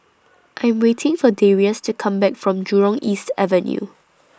I Am waiting For Darius to Come Back from Jurong East Avenue